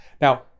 Now